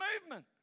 movement